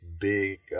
big